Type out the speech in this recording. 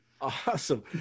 awesome